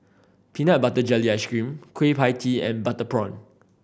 peanut butter jelly ice cream Kueh Pie Tee and butter prawn